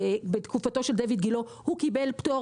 בתקופתו של דיוויד גילה הוא קיבל פטור